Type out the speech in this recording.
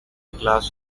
class